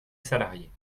salariée